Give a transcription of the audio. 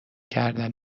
کردن